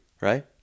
Right